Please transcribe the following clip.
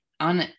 On